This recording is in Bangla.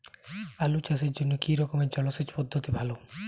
আলু চাষের জন্য কী রকম জলসেচ পদ্ধতি ভালো?